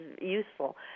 useful